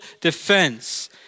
defense